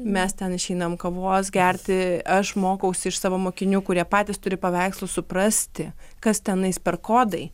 mes ten išeinam kavos gerti aš mokausi iš savo mokinių kurie patys turi paveikslus suprasti kas tenais per kodai